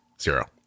Zero